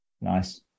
Nice